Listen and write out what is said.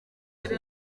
ari